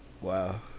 Wow